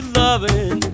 loving